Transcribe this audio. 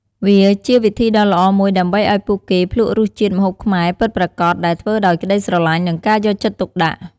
វាជាវិធីដ៏ល្អមួយដើម្បីឲ្យពួកគេភ្លក្សរសជាតិម្ហូបខ្មែរពិតប្រាកដដែលធ្វើដោយក្ដីស្រឡាញ់ និងការយកចិត្តទុកដាក់។